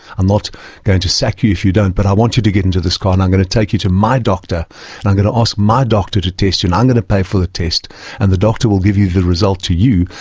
i'm not going to sack you if you don't, but i want you to get into this car and i'm going to take you to my doctor and i'm going to ask my doctor to test you and i'm going to pay for the test and the doctor will give the result to you,